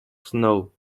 snow